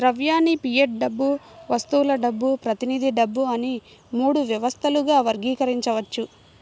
ద్రవ్యాన్ని ఫియట్ డబ్బు, వస్తువుల డబ్బు, ప్రతినిధి డబ్బు అని మూడు వ్యవస్థలుగా వర్గీకరించవచ్చు